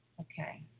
Okay